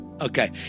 Okay